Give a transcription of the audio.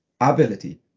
ability